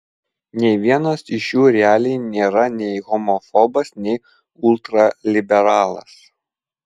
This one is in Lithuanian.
nei vienas iš jų realiai nėra nei homofobas nei ultraliberalas